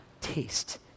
taste